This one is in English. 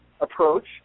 approach